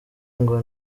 ngo